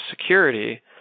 security